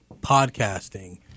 podcasting